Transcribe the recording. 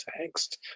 text